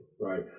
Right